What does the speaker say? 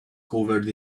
covered